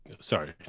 Sorry